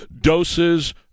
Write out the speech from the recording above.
doses